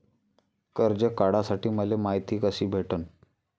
कर्ज काढासाठी मले मायती कशी भेटन?